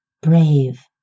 brave